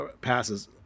passes